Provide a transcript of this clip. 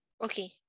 Okay